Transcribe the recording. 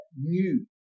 new